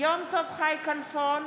יום טוב חי כלפון,